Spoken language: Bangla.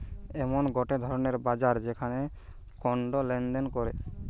এমন গটে ধরণের বাজার যেখানে কন্ড লেনদেন করে